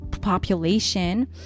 population